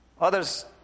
Others